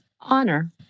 Honor